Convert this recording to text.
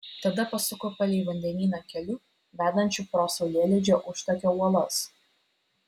tada pasuko palei vandenyną keliu vedančiu pro saulėlydžio užtakio uolas